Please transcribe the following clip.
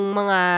mga